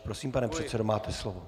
Prosím, pane předsedo, máte slovo.